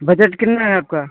budget कितना है आपका